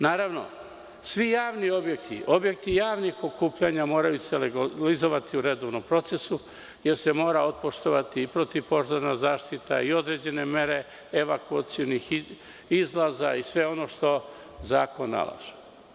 Naravno, svi javni objekti, objekti javnih okupljanja moraju se legalizovati u redovnom procesu, jer se mora otpoštovati i protivpožarna zaštita i određene mere evakuacionih izlaza i sve ono što zakon nalaže.